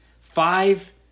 Five